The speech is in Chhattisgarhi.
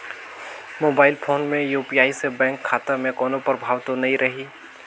मोबाइल फोन मे यू.पी.आई से बैंक खाता मे कोनो प्रभाव तो नइ रही?